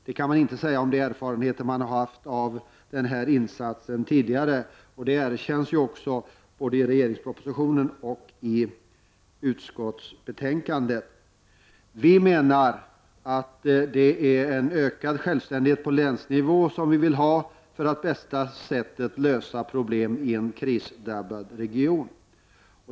Det kan inte sägas om tidigare erfarenheter av denna insats. Det erkänns också både i regeringens proposition och i utskottsbetänkandet. Vi menar att det är en ökad självständighet på länsnivå som på bästa sätt löser problem i en krisdrabbad region.